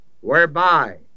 whereby